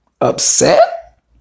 upset